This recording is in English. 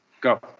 Go